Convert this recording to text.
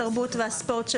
התרבות והספורט של